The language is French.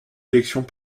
élections